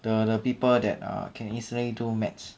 the the people that can easily maths